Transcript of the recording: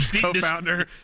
Co-founder